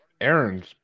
Aaron's